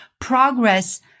Progress